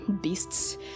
beasts